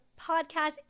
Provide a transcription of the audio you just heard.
Podcast